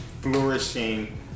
flourishing